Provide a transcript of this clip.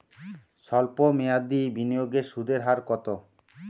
সল্প মেয়াদি বিনিয়োগের সুদের হার কত?